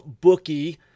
bookie